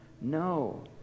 No